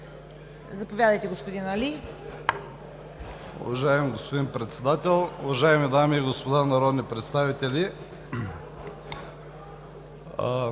Заповядайте, господин Али.